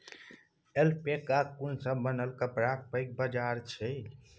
ऐल्पैकाक ऊन सँ बनल कपड़ाक पैघ बाजार छै